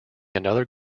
another